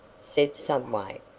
said subway.